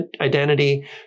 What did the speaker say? identity